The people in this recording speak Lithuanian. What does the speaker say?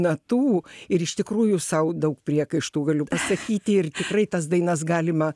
natų ir iš tikrųjų sau daug priekaištų galiu pasakyti ir tikrai tas dainas galima